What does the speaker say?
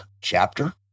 chapter